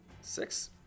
Six